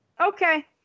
Okay